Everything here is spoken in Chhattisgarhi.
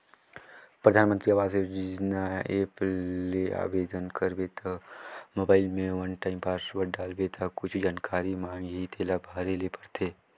परधानमंतरी आवास योजना ऐप ले आबेदन करबे त मोबईल में वन टाइम पासवर्ड डालबे ता कुछु जानकारी मांगही तेला भरे ले परथे